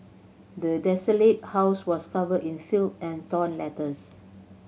the desolated house was covered in filth and torn letters